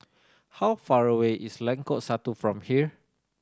how far away is Lengkok Satu from here